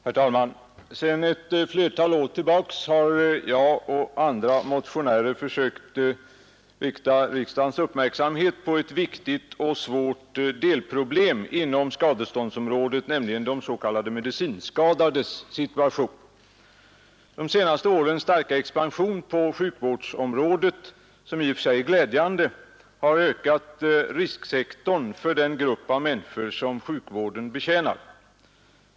Herr talman! Sedan ett flertal år tillbaka har jag och andra motionärer försökt rikta riksdagens uppmärksamhet på ett viktigt och svårt delproblem inom skadeståndsområdet, nämligen de s.k. medicinskadades situation. De senaste årens starka expansion på sjukvårdsområdet som i och för sig är glädjande har ökat risksektorn för den grupp av människor som sjukvården betjänar.